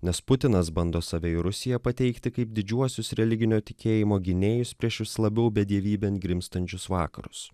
nes putinas bando save į rusiją pateikti kaip didžiuosius religinio tikėjimo gynėjus prieš vis labiau bedievybėn grimztančius vakarus